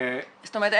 זאת אומרת,